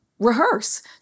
Rehearse